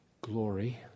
glory